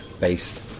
based